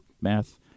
math